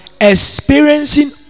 experiencing